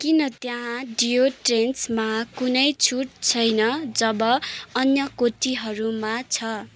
किन त्यहाँ डियोड्रेन्टसमा कुनै छुट छैन जब अन्य कोटीहरूमा छ